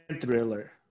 Thriller